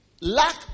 lack